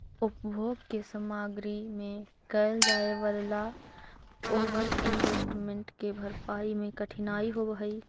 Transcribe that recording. उपभोग के सामग्री में कैल जाए वालला ओवर इन्वेस्टमेंट के भरपाई में कठिनाई होवऽ हई